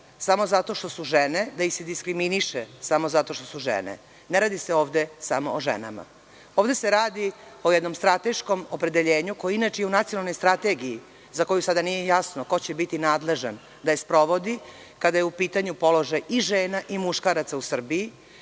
samo zato što su žene, da se diskriminišu samo zato što su žene. Ne radi se ovde samo o ženama. Ovde se radi o jednom strateškom opredeljenju koje je inače i u Nacionalnoj strategiji, za koju sada nije jasno ko će biti nadležan da je sprovodi, kada je u pitanju položaj i žena i muškaraca u Srbiji.